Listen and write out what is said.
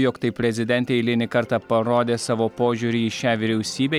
jog taip prezidentė eilinį kartą parodė savo požiūrį į šią vyriausybę